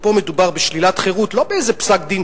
ופה מדובר בשלילת חירות לא באיזה פסק-דין